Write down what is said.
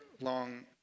long